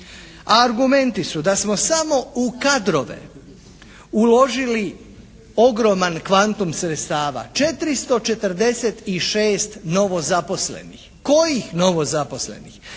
argumenti su da smo samo u kadrove uložili ogroman kvantum sredstava, 446 novozaposlenih. Kojih novozaposlenih?